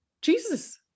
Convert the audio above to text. Jesus